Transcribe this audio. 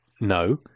No